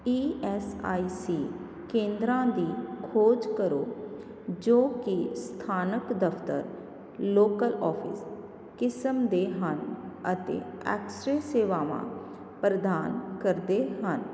E S I C ਕੇਂਦਰਾਂ ਦੀ ਖੋਜ ਕਰੋ ਜੋ ਕਿ ਸਥਾਨਕ ਦਫ਼ਤਰ ਲੋਕਲ ਔਫਿਸ ਕਿਸਮ ਦੇ ਹਨ ਅਤੇ ਸੇਵਾਵਾਂ ਪ੍ਰਦਾਨ ਕਰਦੇ ਹਨ